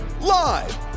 live